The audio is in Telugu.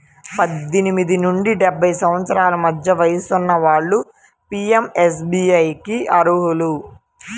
పద్దెనిమిది నుండి డెబ్బై సంవత్సరాల మధ్య వయసున్న వాళ్ళు పీయంఎస్బీఐకి అర్హులు